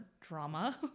drama